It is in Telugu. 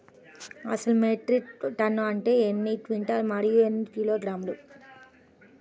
అసలు మెట్రిక్ టన్ను అంటే ఎన్ని క్వింటాలు మరియు ఎన్ని కిలోగ్రాములు?